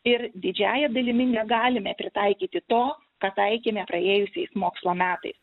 ir didžiąja dalimi negalime pritaikyti to ką taikėme praėjusiais mokslo metais